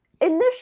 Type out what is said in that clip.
Initially